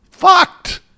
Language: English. fucked